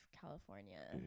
California